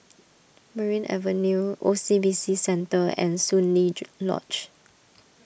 Merryn Avenue O C B C Centre and Soon Lee Lodge